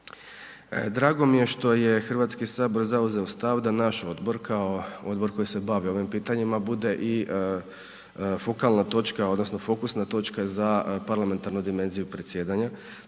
Drago mi je što je Hrvatski sabor zauzeo stav da naš odbor kao odbor koji se bavi ovim pitanjima bude i fokalna točka odnosno fokusna točka za parlamentarnu dimenziju predsjedanja.